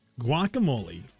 guacamole